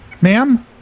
ma'am